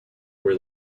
where